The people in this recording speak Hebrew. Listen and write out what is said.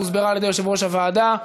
שהוסברה על-ידי יושב-ראש הוועדה.